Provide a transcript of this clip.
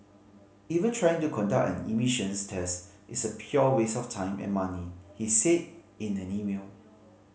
even trying to conduct an emissions test is a pure waste of time and money he said in an email